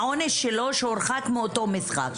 הוא יכול להבין שהעונש שלו זה שהוא הורחק מאותו משחק.